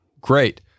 great